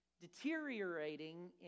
deteriorating